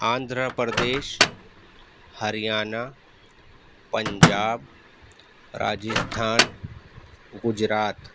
Andhra Pradesh Haryana Punjab Rajasthan Gujarat